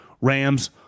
Rams